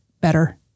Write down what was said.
better